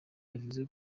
yavuze